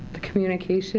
the communication